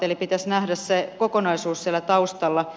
eli pitäisi nähdä se kokonaisuus siellä taustalla